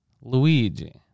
Luigi